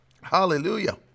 Hallelujah